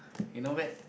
you not bad